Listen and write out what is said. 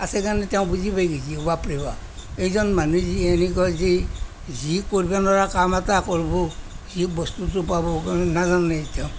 আছে কাৰণে তেওঁ বুজি পাই গৈছে বাপ ৰে বাপ এইজন মানুহে যে এনেকুৱা যে যি কৰিব নোৱাৰা কাম এটা কৰিব সেই বস্তুটো পাব নাজানে তেওঁ